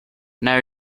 now